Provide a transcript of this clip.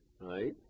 right